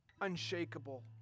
unshakable